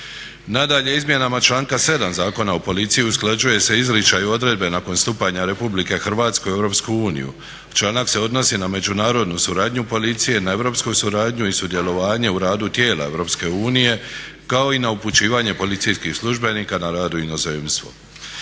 Nadalje, izmjenama članka 7. Zakona o policiji usklađuje se izričaj odredbe nakon stupanja Republike Hrvatske u Europsku uniju. članak se odnosi na međunarodnu suradnju policije, na europsku suradnju i sudjelovanje u radu tijela Europske unije, kao i na upućivanje policijskih službenika na rad u inozemstvo.